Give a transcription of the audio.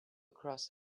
across